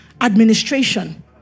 administration